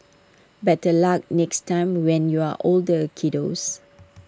better luck next time when you're older kiddos